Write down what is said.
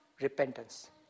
repentance